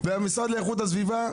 והמשרד לאיכות הסביבה,